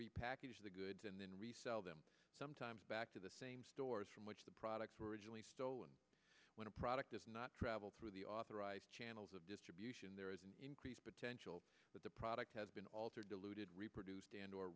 repackage the goods and then resell them sometimes back to the same stores from which the products were originally stolen when a product does not travel through the authorized channels of distribution there is an increased potential that the product has been altered diluted reproduced and or